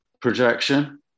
projection